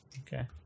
Okay